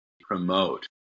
promote